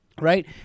right